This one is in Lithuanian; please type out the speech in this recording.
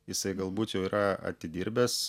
jisai galbūt jau yra atidirbęs